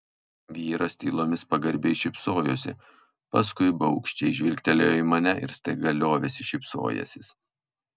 vyras tylomis pagarbiai šypsojosi paskui baugščiai žvilgtelėjo į mane ir staiga liovėsi šypsojęsis